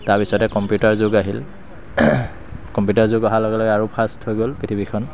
তাৰপিছতে কম্পিউটাৰ যুগ আহিল কম্পিউটাৰ যুগ অহাৰ লগে লগে আৰু ফাষ্ট হৈ গ'ল পৃথিৱীখন